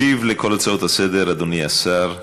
ישיב על כל ההצעות לסדר-היום אדוני השר,